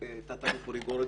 תת-אלוף אורי גורדין,